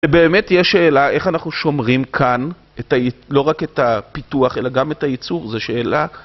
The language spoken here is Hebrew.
ובאמת יש שאלה איך אנחנו שומרים כאן לא רק את הפיתוח אלא גם את הייצור, זו שאלה.